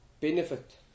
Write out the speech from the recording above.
benefit